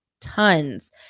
tons